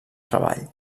treball